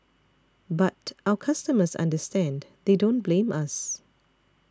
but our customers understand they don't blame us